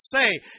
say